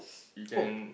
you can